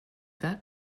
that